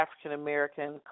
African-American